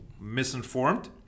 misinformed